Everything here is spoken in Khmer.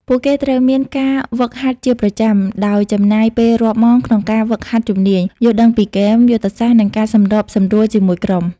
ពួកគេត្រូវមាន ការហ្វឹកហាត់ជាប្រចាំ ដោយចំណាយពេលរាប់ម៉ោងក្នុងការហ្វឹកហាត់ជំនាញ យល់ដឹងពីហ្គេម យុទ្ធសាស្ត្រ និងការសម្របសម្រួលជាមួយក្រុម។